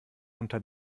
unter